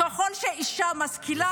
ככל שאישה משכילה,